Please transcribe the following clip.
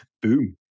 Boom